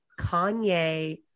Kanye